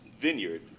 vineyard